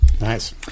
Nice